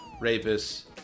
rapists